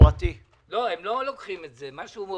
או מה שדובר כ-100 מיליארד, חלק ממנו הוא אשראי,